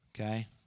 Okay